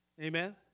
Amen